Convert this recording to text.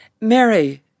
Mary